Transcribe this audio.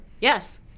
Yes